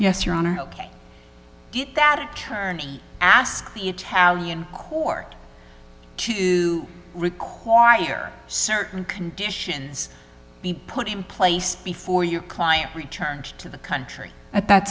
yes your honor it that it turns ask the italian court to require certain conditions be put in place before your client returns to the country at that